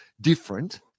different